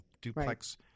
duplex